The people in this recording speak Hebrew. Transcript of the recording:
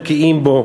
בקיאים בהם.